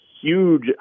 huge